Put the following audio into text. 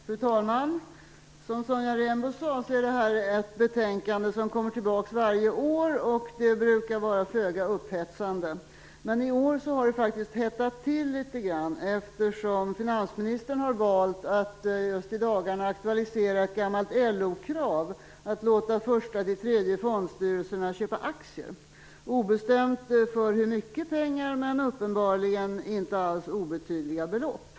Fru talman! Som Sonja Rembo sade är detta ett betänkande som kommer tillbaka varje år, och det brukar vara föga upphetsande. Men i år har det faktiskt hettat till litet grand, eftersom finansministern har valt att i dagarna aktualisera ett gammalt LO-krav, att låta första till tredje fondstyrelserna köpa aktier - obestämt för hur mycket pengar, men uppenbarligen inte alls obetydliga belopp.